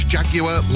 Jaguar